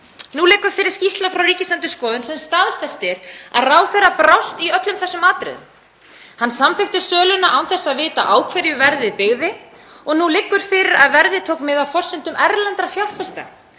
Nú liggur fyrir skýrsla frá Ríkisendurskoðun sem staðfestir að ráðherra brást í öllum þessum atriðum. Hann samþykkti söluna án þess að vita á hverju verðið byggði og nú liggur fyrir að verðið tók mið af forsendum erlendra fjárfesta,